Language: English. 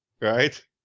right